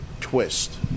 twist